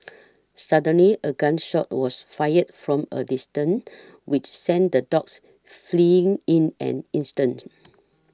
suddenly a gun shot was fired from a distance which sent the dogs fleeing in an instant